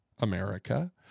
America